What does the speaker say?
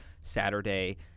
Saturday